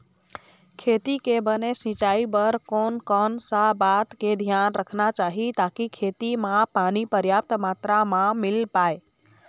खेती के बने सिचाई बर कोन कौन सा बात के धियान रखना चाही ताकि खेती मा पानी पर्याप्त मात्रा मा मिल पाए?